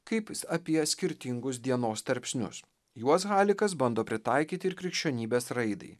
kaip apie skirtingus dienos tarpsnius juos halikas bando pritaikyti ir krikščionybės raidai